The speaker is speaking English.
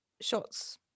shots